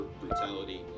brutality